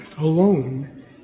alone